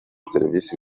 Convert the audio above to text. serivisi